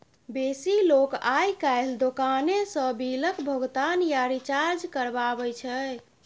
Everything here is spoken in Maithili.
बेसी लोक आइ काल्हि दोकाने सँ बिलक भोगतान या रिचार्ज करबाबै छै